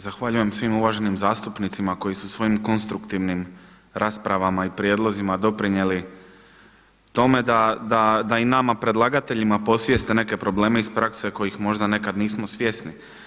Zahvaljujem svim uvaženim zastupnicima koji su svojim konstruktivnim raspravama i prijedlozima doprinijeli tome da i nama predlagateljima posvijeste neke probleme iz prakse kojih možda nekad nismo svjesni.